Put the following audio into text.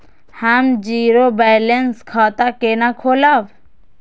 हम zero balance खाता केना खोलाब?